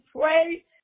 pray